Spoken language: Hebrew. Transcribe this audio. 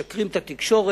משקרים את התקשורת,